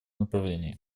направлении